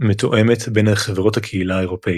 מתואמת בין חברות הקהילה האירופית.